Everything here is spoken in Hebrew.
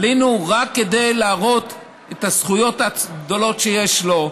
עלינו רק כדי להראות את הזכויות שיש לו,